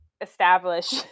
establish